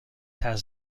has